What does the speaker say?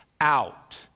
out